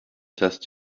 test